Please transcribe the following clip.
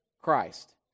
Christ